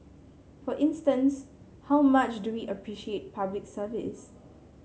for instance how much do we appreciate Public Service